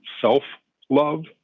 self-love